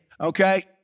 okay